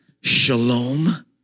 shalom